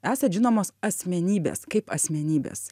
esat žinomos asmenybės kaip asmenybės